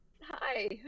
hi